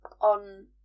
on